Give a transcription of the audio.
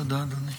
תודה, אדוני.